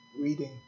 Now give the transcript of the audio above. reading